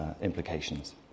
implications